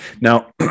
Now